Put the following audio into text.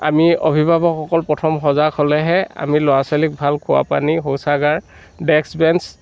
আমি অভিভাৱকসকল প্ৰথম সজাগ হ'লেহে আমি ল'ৰা ছোৱালীক ভাল খোৱা পানী শৌচাগাৰ ডেক্স বেঞ্চ